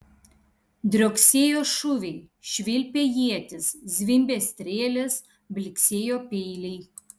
drioksėjo šūviai švilpė ietys zvimbė strėlės blyksėjo peiliai